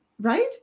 right